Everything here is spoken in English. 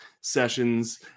sessions